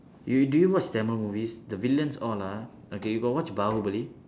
you do you watch tamil movies the villains all ah okay you got watch baahubali